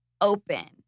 open